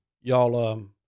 y'all